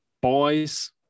boys